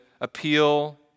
appeal